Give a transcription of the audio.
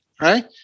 right